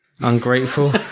ungrateful